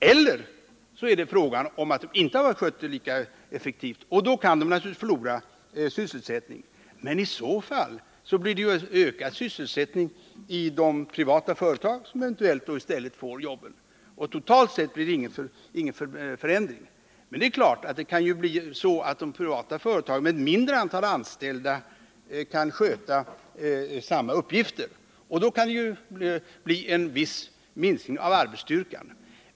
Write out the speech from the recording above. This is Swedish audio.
Eller också har de inte skött sina uppgifter lika effektivt, och då kan de naturligtvis förlora sysselsättning, men i så fall blir det ju ökad sysselsättning i de privata företag som eventuellt då i stället får jobben. Totalt sett blir det ingen förändring. Det är klart att de privata företagen kanske ibland med ett lägre antal anställda kan sköta samma uppgifter, och då kan det naturligtvis bli en viss minskning av sysselsättningen.